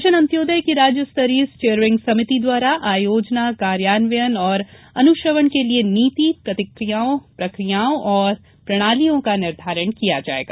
mission Antyodaya की राज्य स्तरीय स्टीयरिंग समिति द्वारा आयोजना कार्यान्वयन और अनुश्रवण के लिए नीति प्रक्रियाओं और प्रणालियों का निर्धारण किया जाएगा